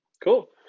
Cool